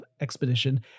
expedition